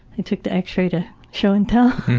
i took the x-ray to show and tell.